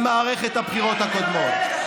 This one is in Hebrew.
ממערכת הבחירות הקודמת.